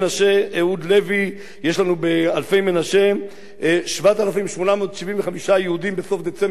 יש לנו באלפי-מנשה 7,875 יהודים בסוף דצמבר 2011. אהוד לוי,